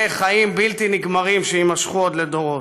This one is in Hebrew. החיים הבלתי-נגמרים שיימשכו עוד לדורות.